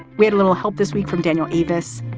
we had a little help this week from daniel eavis,